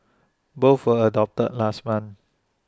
both were adopted last month